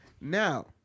Now